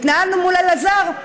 התנהלנו מול אלעזר,